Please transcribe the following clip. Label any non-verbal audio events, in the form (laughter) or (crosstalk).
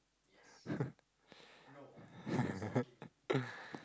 (laughs)